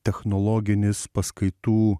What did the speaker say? technologinis paskaitų